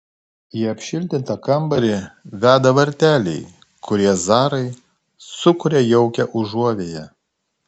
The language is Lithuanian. į apšiltintą kambarį veda varteliai kurie zarai sukuria jaukią užuovėją